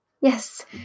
Yes